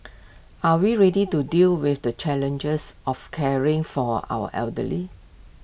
are we ready to deal with the challenges of caring for our elderly